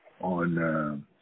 on